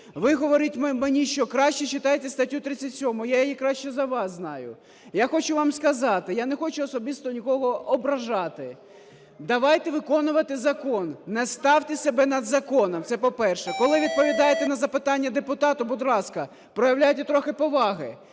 Ви говорите мені, що краще читайте статтю 37, а я її краще за вас знаю. Я хочу вам сказати, я не хочу особисто нікого ображати: давайте виконувати закон, не ставте себе над законом. Це по-перше. Коли відповідаєте на запитання депутата, будь ласка, проявляйте трохи поваги.